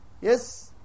Yes